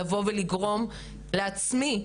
לבוא ולגרום לעצמי,